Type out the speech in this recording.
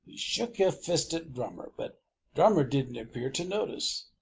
shook a fist at drummer, but drummer didn't appear to notice.